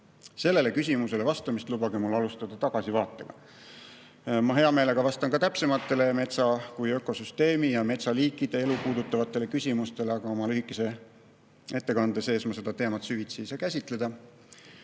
küsimusele vastamist lubage mul alustada tagasivaatega. Ma hea meelega vastan ka täpsematele ja metsa kui ökosüsteemi ja metsaliikide elu puudutavatele küsimustele, aga oma lühikeses ettekandes ma seda teemat süvitsi ei saa käsitleda.13.